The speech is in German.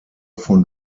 von